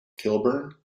kilburn